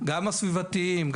גם התעשייתיים,